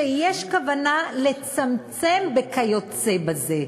שיש כוונה לצמצם ב"כיוצא בזה".